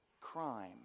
crime